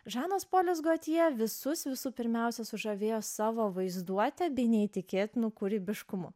žanas polis gotje visus visų pirmiausia sužavėjo savo vaizduote bei neįtikėtinu kūrybiškumu